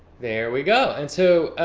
there we go. and so,